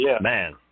Man